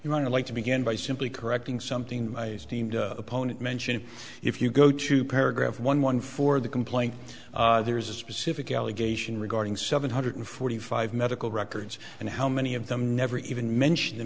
you want to like to begin by simply correcting something my opponent mentioned if you go to paragraph one one for the complaint there is a specific allegation regarding seven hundred forty five medical records and how many of them never even mention the